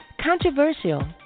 controversial